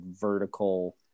vertical